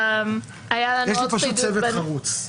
יש לי פשוט צוות חרוץ.